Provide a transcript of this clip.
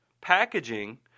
packaging